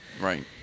Right